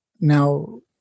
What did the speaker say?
Now